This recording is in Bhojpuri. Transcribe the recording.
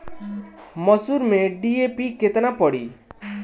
मसूर में डी.ए.पी केतना पड़ी?